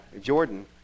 Jordan